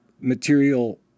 material